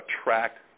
attract